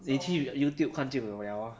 你去 youtube 看就有 liao lor